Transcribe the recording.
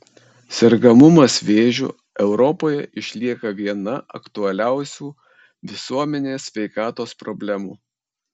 sergamumas vėžiu europoje išlieka viena aktualiausių visuomenės sveikatos problemų